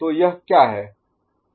तो यह क्या है